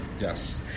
Yes